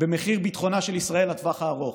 במחיר ביטחונה של ישראל לטווח הארוך.